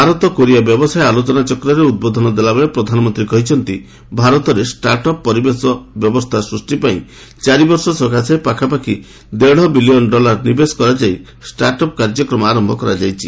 Bharat Korea ବ୍ୟବସାୟ ଆଲୋଚନାଚକ୍ରରେ ଉଦ୍ବୋଧନ ଦେଲାବେଳେ ପ୍ରଧାନମନ୍ତ୍ରୀ କହିଛନ୍ତି ଭାରତରେ ଷ୍ଟାର୍ଟ ଅପ୍ ପରିବେଶ ବ୍ୟବସ୍ଥା ସୃଷ୍ଟି ପାଇଁ ଚାରିବର୍ଷ ସକାଶେ ପାଖାପାଖି ଦେଢ ବିଲିୟନ ଡଲାର ନିବେଶ କରାଯାଇ ଷ୍ଟାର୍ଟ ଅପ୍ କାର୍ଯ୍ୟକ୍ରମ ଆରମ୍ଭ କରାଯାଇଛି